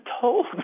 told